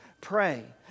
Pray